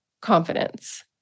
Confidence